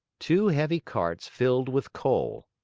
two heavy carts filled with coal.